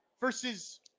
versus